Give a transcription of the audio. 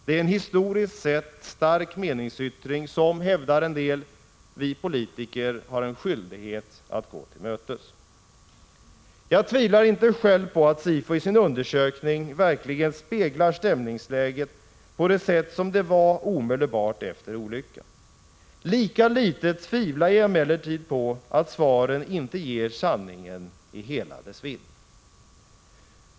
Det är en historiskt sett stark meningsyttring som, hävdar en del, vi politiker har en skyldighet att gå till mötes. Jag tvivlar inte själv på att SIFO i sin undersökning verkligen speglar stämningsläget så som det var omedelbart efter olyckan. Lika litet tvivlar jag emellertid på att svaren ger sanningen i hela dess vidd.